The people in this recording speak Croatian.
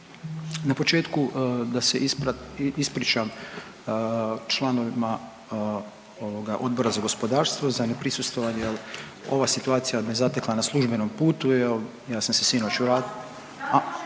Na početku da se ispričam članovima Odbora za gospodarstvo za neprisustvovanje jer ova situacija me zatekla na službenom putu jer ja sam se sinoć